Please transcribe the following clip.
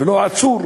ולא היה עצור.